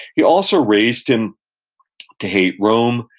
he also raised him to hate rome.